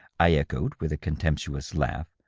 i echoed, with a contemptuous laugh.